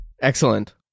Excellent